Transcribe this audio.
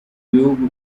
bihugu